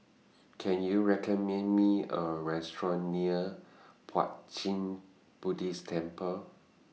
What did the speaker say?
Can YOU recommend Me A Restaurant near Puat Jit Buddhist Temple